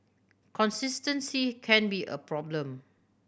consistency can be a problem